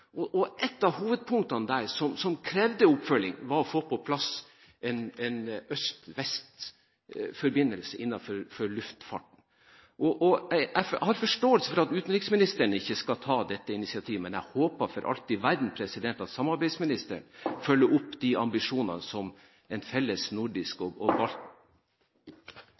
Et av hovedpunktene der som krevde oppfølging, var å få på plass en øst–vest-forbindelse innenfor luftfarten. Jeg har forståelse for at utenriksministeren ikke skal ta dette initiativet, men jeg håper for alt i verden at samarbeidsministeren følger opp de ambisjonene som en felles nordisk og … I regjeringens melding om det nordiske samarbeidet omtales det arktiske samarbeidet og